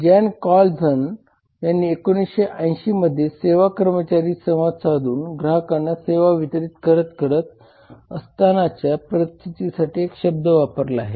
Jan Carlzon यांनी 1980 मध्ये सेवा कर्मचारी संवाद साधून ग्राहकांना सेवा वितरीत करत असतानाच्या परिस्थितीसाठी एक शब्द वापरला आहे